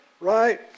Right